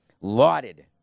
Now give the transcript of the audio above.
Lauded